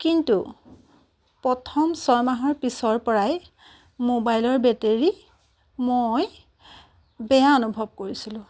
কিন্তু প্ৰথম ছয় মাহৰ পিছৰ পৰাই ম'বাইলৰ বেটেৰি মই বেয়া অনুভৱ কৰিছিলো